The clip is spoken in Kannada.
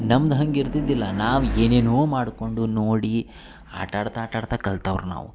ನಮ್ದು ಹಾಗ್ ಇರ್ತಿದಿಲ್ಲ ನಾವು ಏನೇನೋ ಮಾಡಿಕೊಂಡು ನೋಡಿ ಆಟಾಡ್ತಾ ಆಟಾಡ್ತಾ ಕಲ್ತವ್ರು ನಾವು